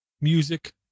music